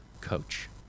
coach